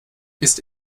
ist